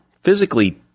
physically